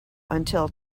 until